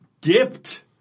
dipped